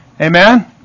Amen